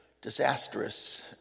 disastrous